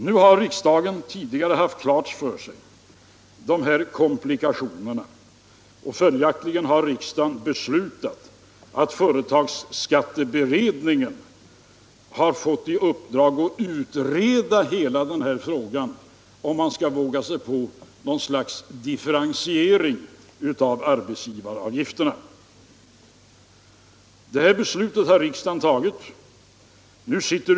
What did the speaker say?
Nu har riksdagen tidigare varit medveten om de här komplikationerna och följaktligen beslutat ge företagsskatteberedningen i uppdrag att utreda hela frågan om man skulle våga sig på något slags differentiering av arbetsgivaravgifterna.